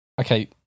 okay